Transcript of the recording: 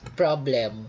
problem